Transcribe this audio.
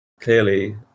clearly